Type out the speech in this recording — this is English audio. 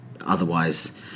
Otherwise